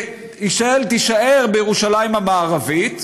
ותישאר בירושלים המערבית,